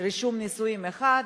רישום נישואים אחד,